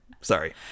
Sorry